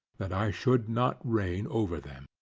that i should not reign over them.